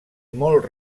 molt